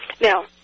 Now